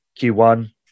Q1